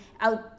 out